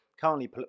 Currently